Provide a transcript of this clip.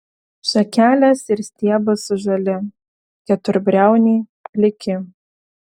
šakelės ir stiebas žali keturbriauniai pliki